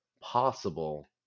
possible